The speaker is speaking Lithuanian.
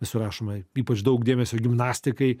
surašoma ypač daug dėmesio gimnastikai